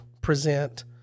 present